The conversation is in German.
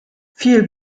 viel